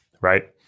right